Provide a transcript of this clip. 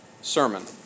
sermon